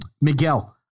Miguel